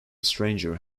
stranger